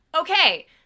Okay